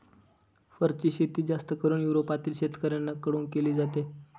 फरची शेती जास्त करून युरोपातील शेतकऱ्यांन कडून केली जाते